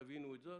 תבינו זאת.